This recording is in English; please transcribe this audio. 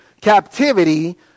captivity